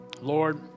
Lord